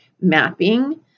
mapping